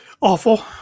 Awful